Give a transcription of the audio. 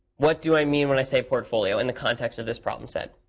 what do i mean when i say portfolio, in the context of this problem set?